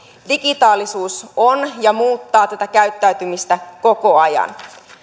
digitaalisuus on muuttanut ja muuttaa tätä käyttäytymistä koko ajan